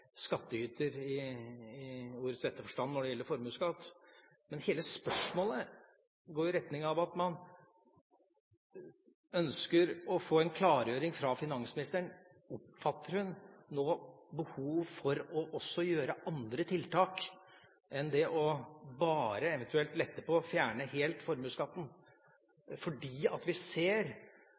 i ordets rette forstand når det gjelder formuesskatt. Hele spørsmålet går på at man ønsker å få en klargjøring fra finansministeren: Oppfatter hun behovet for å treffe andre tiltak enn bare eventuelt å lette/fjerne helt formuesskatten? Vi ser at